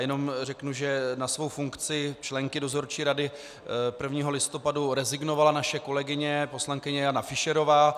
Jenom řeknu, že na svou funkci členky dozorčí rady 1. listopadu rezignovala naše kolegyně poslankyně Jana Fischerová.